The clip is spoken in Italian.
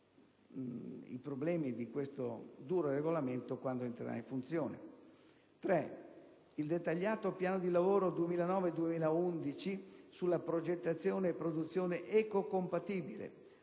i problemi causati da questo duro regolamento quando entrerà in funzione); il dettagliato piano di lavoro 2009/2011 sulla progettazione e produzione ecocompatibile